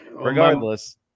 regardless